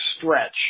stretch